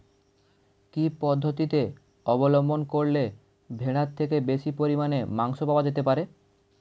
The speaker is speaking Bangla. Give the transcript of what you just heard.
কি পদ্ধতিতে অবলম্বন করলে ভেড়ার থেকে বেশি পরিমাণে মাংস পাওয়া যেতে পারে?